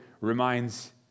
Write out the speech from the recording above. reminds